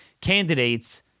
candidates